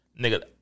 Nigga